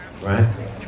right